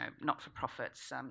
not-for-profits